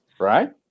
Right